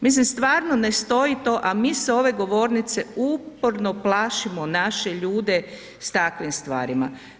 Mislim stvarno ne stoji to, a mi s ove govornice uporno plašimo naše ljude s takvim stvarima.